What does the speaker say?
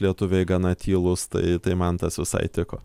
lietuviai gana tylūs tai tai man tas visai tiko